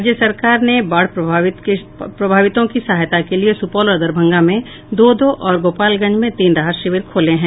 राज्य सरकार ने बाढ़ प्रभावितों की सहायता के लिये सुपौल और दरभंगा में दो दो तथा गोपालगंज में तीन राहत शिविर खोले हैं